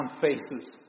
faces